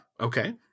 okay